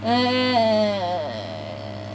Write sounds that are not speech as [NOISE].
[NOISE]